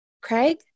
Craig